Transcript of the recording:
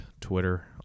twitter